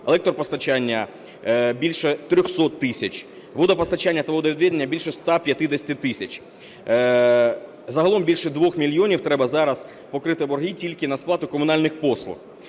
електропостачання – більше 300 тисяч, водопостачання та водовідведення – більше 150 тисячі. Загалом більше 2 мільйонів треба зараз покрити борги тільки на сплату комунальних послуг.